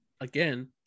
again